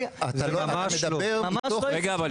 ממש לא.